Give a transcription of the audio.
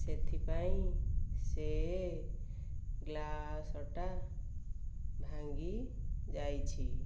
ସେଥିପାଇଁ ସେ ଗ୍ଲାସ୍ଟା ଭାଙ୍ଗି ଯାଇଛି